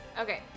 Okay